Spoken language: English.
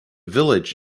village